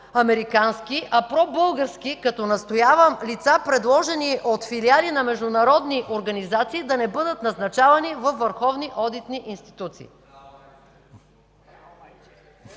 а пробългарски, като настоявам лица, предложени от филиали на международни организации, да не бъдат назначавани във върховни одитни институции.